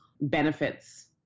benefits